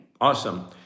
Awesome